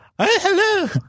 Hello